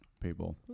people